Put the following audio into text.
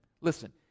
Listen